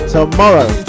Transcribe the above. Tomorrow